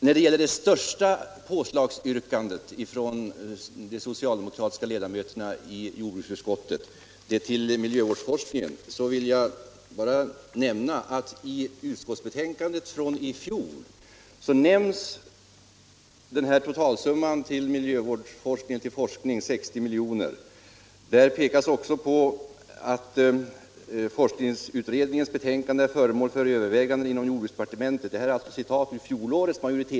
När det gäller det största påslagsyrkandet från de socialdemokratiska ledamöterna i jordbruksutskottet, nämligen till miljövårdsforskningen, vill jag nämna att i utskottsbetänkandet från i fjol nämns den här summan på 60 miljoner till den totala satsningen på miljövårdsforskningen. Utskottsmajoriteten påpekade också att miljövårdsforskningens betänkande ”är f. n. föremål för övervägande inom jordbruksdepartementet”.